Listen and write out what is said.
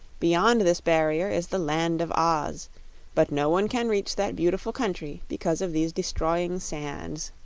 beyond this barrier is the land of oz but no one can reach that beautiful country because of these destroying sands